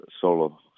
solo